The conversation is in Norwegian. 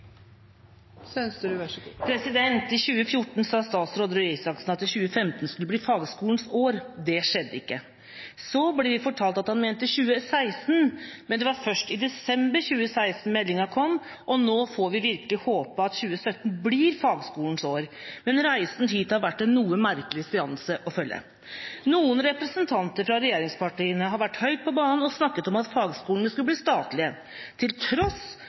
I 2014 sa statsråd Røe Isaksen at 2015 skulle bli fagskolens år. Det skjedde ikke. Så ble vi fortalt at han mente 2016, men det var først i desember 2016 meldinga kom, og nå får vi virkelig håpe at 2017 blir fagskolens år. Reisen hit har vært en noe merkelig seanse å følge. Noen representanter fra regjeringspartiene har vært høyt på banen og snakket om at fagskolene skal bli statlige, til tross